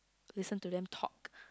listen to them talk